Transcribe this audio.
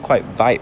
quite vibe